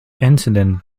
incident